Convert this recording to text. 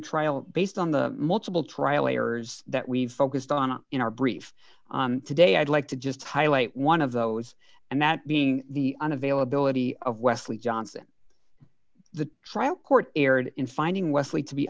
trial based on the multiple trial lawyers that we've focused on in our brief today i'd like to just highlight one of those and that being the on availability of wesley johnson the trial court erred in finding wesley to be